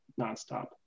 nonstop